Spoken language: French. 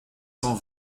cent